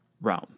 Rome